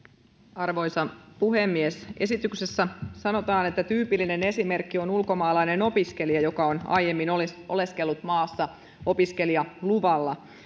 arvoisa puhemies esityksessä sanotaan että tyypillinen esimerkki on ulkomaalainen opiskelija joka on aiemmin oleskellut maassa opiskelijaluvalla